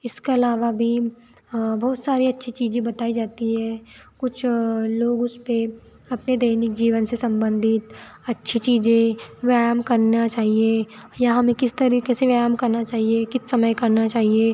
इसके अलावा भी बहुत सारी अच्छी चीज़ेण बताई जाती है कुछ लोग उस पर अपने दैनिक जीवन से संबंधित अच्छी चीज़ें व्यायाम करना चाहिए या हमें किस तरीक़े से व्यायाम करना चाहिए किस समय करना चाहिए